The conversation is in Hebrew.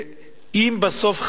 אם בסוף,